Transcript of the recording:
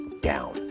down